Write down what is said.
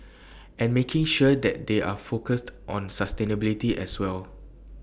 and making sure that they are focused on sustainability as well